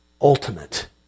ultimate